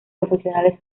profesionales